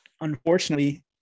unfortunately